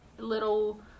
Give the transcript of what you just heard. little